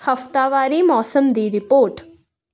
ਹਫਤਾਵਾਰੀ ਮੌਸਮ ਦੀ ਰਿਪੋਰਟ